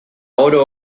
oro